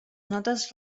notes